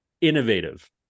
Innovative